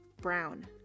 brown